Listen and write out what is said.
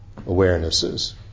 awarenesses